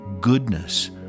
goodness